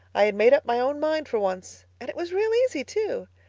i had made up my own mind for once and it was real easy, too.